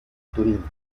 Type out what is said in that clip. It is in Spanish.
turín